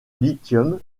lithium